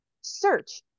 search